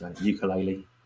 ukulele